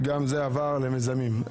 גם זה עבר למיזמים.